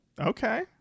Okay